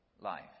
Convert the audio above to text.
life